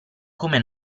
come